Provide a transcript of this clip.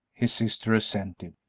his sister assented.